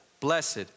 blessed